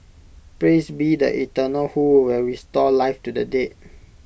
praise be the eternal who will restore life to the dead